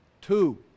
Two